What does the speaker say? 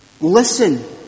listen